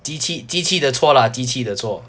机器机器的错啦机器的错